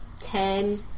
Ten